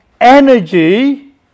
energy